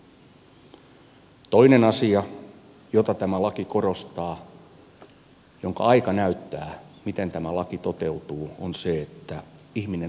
toinen asia jota tämä laki korostaa jonka aika näyttää miten tämä laki toteutuu on se että ihminen on yksilö